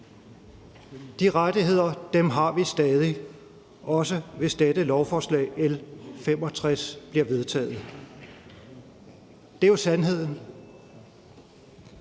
De rettigheder har vi stadig, også hvis dette lovforslag, L 65, bliver vedtaget. Det er jo sandheden.